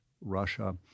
Russia